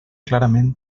clarament